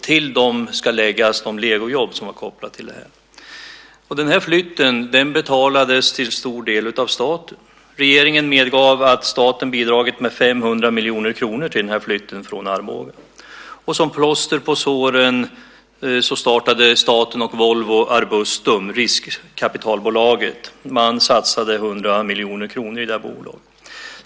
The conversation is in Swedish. Till dem ska läggas de legojobb som var kopplade dit. Flytten betalades till stor del av staten. Regeringen medgav att staten bidragit med 500 miljoner kronor till flytten från Arboga. Som plåster på såren startade staten och Volvo Arbustum - riskkapitalbolaget. Man satsade 100 miljoner kronor i bolaget.